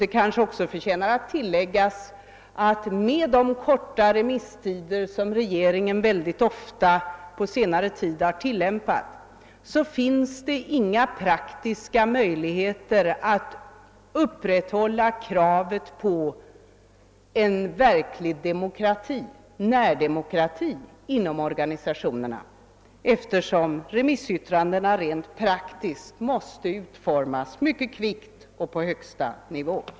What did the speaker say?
Det kanske också förtjänar att påpekas att det med de korta remisstider som regeringen på senare tid ofta har tillämpat inte finns någon praktisk möjlighet att upprätthålla kravet på en verklig närdemokrati inom organisationerna, eftersom remissyttrandena rent praktiskt måste utformas mycket kvickt och på högsta nivå.